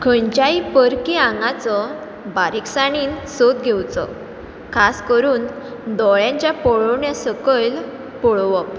खंयच्याय परकी आंगाचो बारीकसाणेन सोद घेवचो खास करून दोळ्यांच्या पळोवण्या सकयल पळोवप